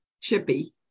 chippy